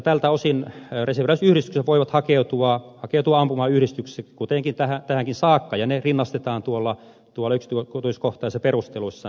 tältä osin reserviläisyhdistykset voivat hakeutua ampumayhdistyksiin kuten tähänkin saakka ja ne rinnastetaan yksityiskohtaisissa perusteluissa ampumayhdistyksiin